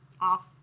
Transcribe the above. off